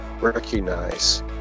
recognize